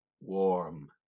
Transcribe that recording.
warm